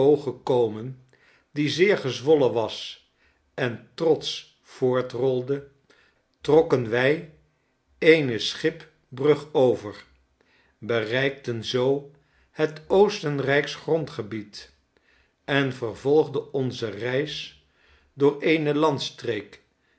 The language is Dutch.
gekomen die zeer gezwollen was en trotsch voortrolde trokken wij eene schipbrug over bereikten zoo het oostenrijksch grondgebied en vervolgden onze reis door eene landstreek